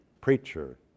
preacher